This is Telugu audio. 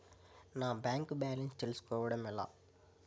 నా బ్యాంకు బ్యాలెన్స్ తెలుస్కోవడం ఎలా?